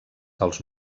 dels